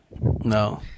no